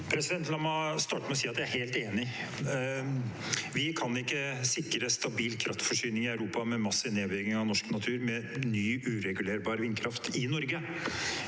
La meg starte med å si at jeg er helt enig. Vi kan ikke sikre stabil kraftforsyning i Europa med massiv nedbygging av norsk natur med ny, uregulerbar vindkraft i Norge.